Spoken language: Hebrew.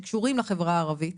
שקשורים לחברה הערבית.